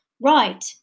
right